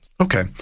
Okay